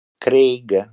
Craig